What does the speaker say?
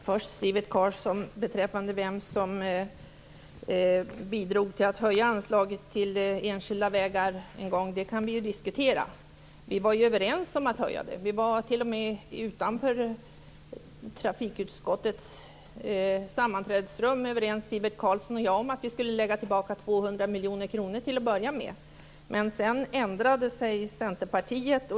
Fru talman! Vem det var som bidrog till att en gång i tiden höja anslaget till enskilda vägar kan vi diskutera, Sivert Carlsson. Vi var överens om att höja det. Vi var t.o.m. utanför trafikutskottets sammanträdesrum överens Sivert Carlsson och jag om att vi till att börja med skulle lägga tillbaka 200 miljoner kronor. Men sedan ändrade sig Centerpartiet.